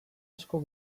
asko